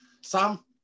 Sam